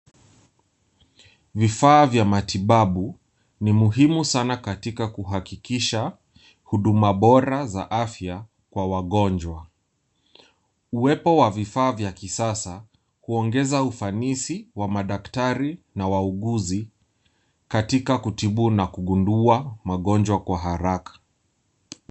Vifaa vya matibabu ni muhimu sana katika kuhakikisha huduma bora za afya kwa wagonjwa. Uwepo wa vifaa vya kisasa, huongeza ufanisi wa madaktari na wauguzi katika kutibu na kugundua magonjwa kwa haraka.